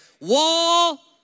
Wall